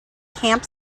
camp